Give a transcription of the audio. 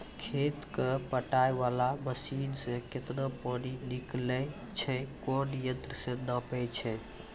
खेत कऽ पटाय वाला मसीन से केतना पानी निकलैय छै कोन यंत्र से नपाय छै